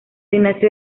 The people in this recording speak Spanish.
ignacio